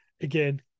again